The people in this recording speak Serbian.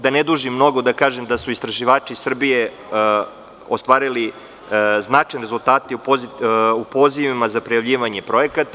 Da ne dužim mnogo, da kažem da su istraživači iz Srbije ostvarili značajne rezultate u pozivima za prijavljivanje projekata.